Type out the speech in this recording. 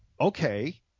Okay